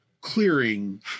clearing